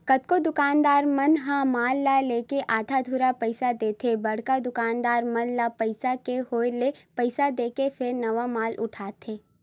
कतकोन दुकानदार मन ह माल ल लेके आधा अधूरा पइसा देथे बड़का दुकानदार मन ल पइसा के होय ले पइसा देके फेर नवा माल उठाथे